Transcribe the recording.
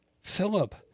Philip